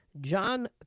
John